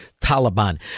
taliban